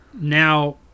Now